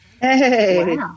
Hey